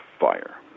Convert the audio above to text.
fire